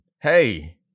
hey